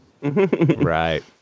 Right